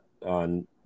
on